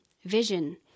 Vision